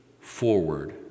forward